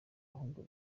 ahubwo